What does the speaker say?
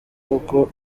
kuko